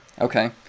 Okay